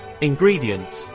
ingredients